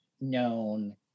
known